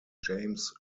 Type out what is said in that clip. james